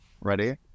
ready